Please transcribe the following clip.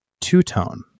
Two-Tone